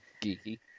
geeky